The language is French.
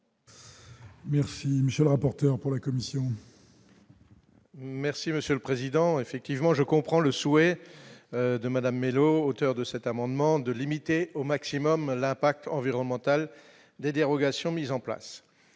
Merci, monsieur le rapporteur pour la commission. Merci Monsieur le Président, effectivement, je comprends le souhait de Madame May, l'auteur de cet amendement de limiter au maximum l'impact environnemental des dérogations mises en place